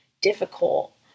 difficult